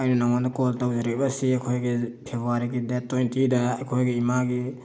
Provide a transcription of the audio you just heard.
ꯑꯩꯅ ꯅꯉꯣꯟꯗ ꯀꯣꯜ ꯇꯧꯖꯔꯛꯂꯤꯕ ꯑꯁꯤ ꯑꯩꯈꯣꯏꯒꯤ ꯐꯦꯕꯋꯥꯔꯤꯒꯤ ꯗꯦꯠ ꯇ꯭ꯋꯦꯟꯇꯤꯗ ꯑꯩꯈꯣꯏꯒꯤ ꯏꯃꯥꯒꯤ